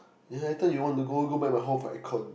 then later you want to go go back my home for aircon